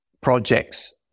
projects